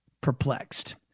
Perplexed